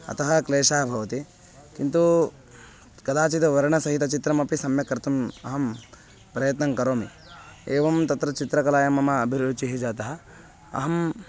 अतः क्लेशः भवति किन्तु कदाचित् वर्णसहितचित्रमपि सम्यक् कर्तुम् अहं प्रयत्नं करोमि एवं तत्र चित्रकलायां मम अभिरुचिः जाता अहं